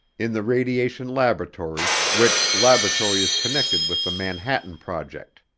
in the radiation laboratory which laboratory is connected with the manhattan project.